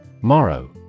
Morrow